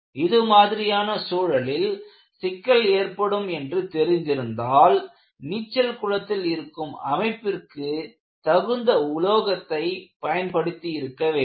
இது மாதிரியான சூழலில் சிக்கல் ஏற்படும் என்று தெரிந்திருந்தால் நீச்சல் குளத்தில் இருக்கும் அமைப்பிற்கு தகுந்த உலோகத்தை பயன்படுத்தி இருக்க வேண்டும்